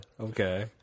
Okay